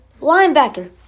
linebacker